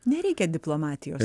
nereikia diplomatijos